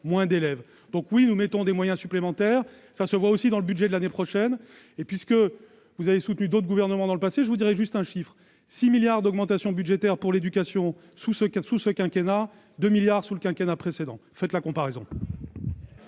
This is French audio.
moins d'élèves. Oui, nous engageons des moyens supplémentaires, cela se voit aussi dans le budget pour l'année prochaine. Puisque vous avez soutenu d'autres gouvernements dans le passé, je vous rappelle un chiffre : 6 milliards d'euros d'augmentation budgétaire pour l'éducation sous ce quinquennat, contre 2 milliards d'euros sous le quinquennat précédent. Faites la comparaison